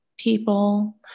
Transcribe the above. people